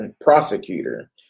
prosecutor